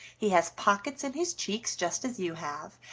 he has pockets in his cheeks just as you have,